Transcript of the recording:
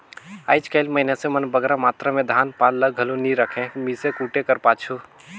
आएज काएल मइनसे मन बगरा मातरा में धान पान ल घलो नी राखें मीसे कूटे कर पाछू